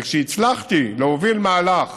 וכשהצלחתי להוביל מהלך